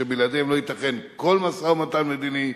שבלעדיהם לא ייתכן כל משא-ומתן מדיני,